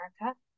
America